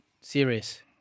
serious